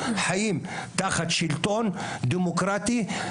חיים תחת שלטון דמוקרטי,